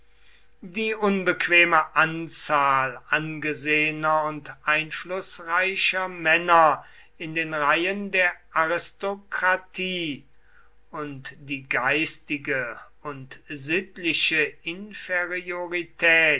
die unbequeme anzahl angesehener und einflußreicher männer in den reihen der aristokratie und die geistige und sittliche